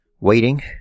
Waiting